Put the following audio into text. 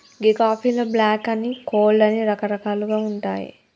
గీ కాఫీలో బ్లాక్ అని, కోల్డ్ అని రకరకాలుగా ఉంటాయి